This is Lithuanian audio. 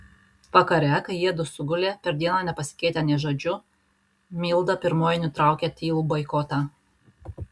vakare kai jiedu sugulė per dieną nepasikeitę nė žodžiu milda pirmoji nutraukė tylų boikotą